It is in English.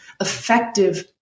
effective